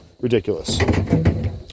Ridiculous